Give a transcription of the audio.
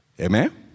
Amen